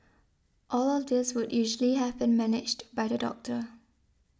all of this would usually have been managed by the doctor